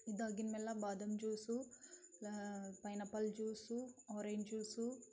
ಇದಾಗಿದ ಮೇಲೆ ಬಾದಾಮಿ juice pineapple juice orange juice